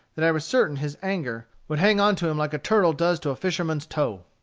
that i was certain his anger would hang on to him like a turtle does to a fisherman's toe.